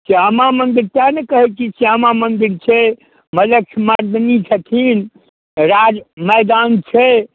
श्यामा मन्दिर तैँ ने कहै छी श्यामा मन्दिर छै मलेच्छमर्दिनी छथिन राज मैदान छै